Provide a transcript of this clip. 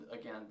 Again